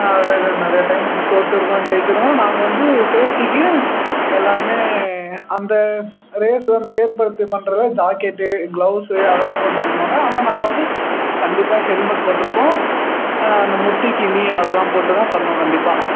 அதுதான் அது இது நிறையா டைம் தோற்றுருக்கோம் ஜெயிச்சுருக்கோம் நாங்கள் வந்து சேஃப்ட்டிக்கு எல்லோருமே அந்த ரேஸ் வந்து ஏற்படுத்திப் பண்ணுறது தான் ஜாக்கெட்டு க்ளவுஸு அதெல்லாம் போட்டுப் பண்ணுவாங்க ஆனால் நாங்கள் வந்து கண்டிப்பாக ஹெல்மெட் போட்டிருப்போம் அந்த முட்டிக்கு நி அதெல்லாம் போட்டு தான் பண்ணுவோம் கண்டிப்பாக